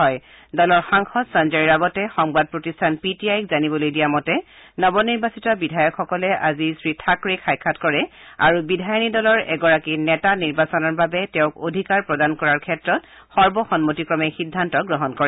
দলৰ দলৰ সাংসদ সঞ্জয় ৰাৱতে সংবাদ প্ৰতিষ্ঠান পি টি আইক জানিবলৈ দিয়া মতে নৱ নিৰ্বাচিত বিধায়কসকলে আজি শ্ৰীথাক্ৰেক সাক্ষাৎ কৰে আৰু বিধায়িনী দলৰ এগৰাকী নেতা নিৰ্বাচনৰ বাবে তেওঁক অধিকাৰ প্ৰদান কৰাৰ ক্ষেত্ৰত সৰ্বসন্মতিক্ৰমে সিদ্ধান্ত গ্ৰহণ কৰে